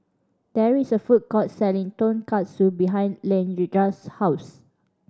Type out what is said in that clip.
there is a food court selling Tonkatsu behind Leandra's house